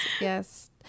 yes